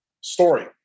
story